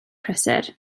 prysur